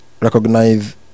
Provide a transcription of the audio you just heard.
recognize